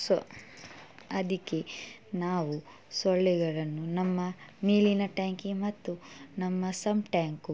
so ಅದಕ್ಕೆ ನಾವು ಸೊಳ್ಳೆಗಳನ್ನು ನಮ್ಮ ಮೇಲಿನ ಟ್ಯಾಂಕಿ ಮತ್ತು ನಮ್ಮ ಸಂಪ್ ಟ್ಯಾಂಕು